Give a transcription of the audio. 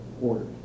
orders